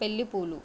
పెళ్లి పూలు